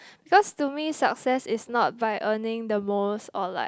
because to me success is not by earning the most or like